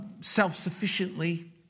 self-sufficiently